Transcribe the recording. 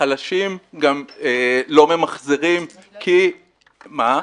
החלשים גם לא ממחזרים, כי --- להפך.